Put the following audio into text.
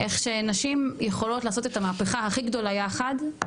איך שנשים יכולות לעשות את המהפכה הכי גדולה יחד,